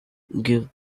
give